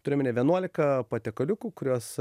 turiu omeny vienuolika patiekaliukų kuriuos